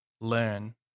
learn